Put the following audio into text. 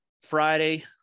Friday